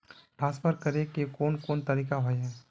Transfer करे के कोन कोन तरीका होय है?